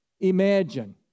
Imagine